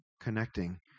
connecting